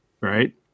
right